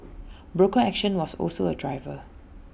broker action was also A driver